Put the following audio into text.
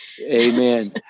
Amen